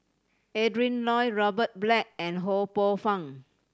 Adrin Loi Robert Black and Ho Poh Fun